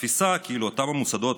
התפיסה כי אותם מוסדות,